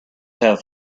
have